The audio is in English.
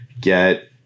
get